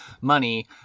money